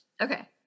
Okay